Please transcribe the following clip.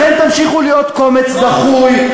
לכן תמשיכו להיות קומץ דחוי,